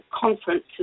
conference